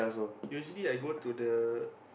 usually I go to the